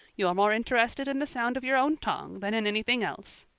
you're more interested in the sound of your own tongue than in anything else.